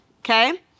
okay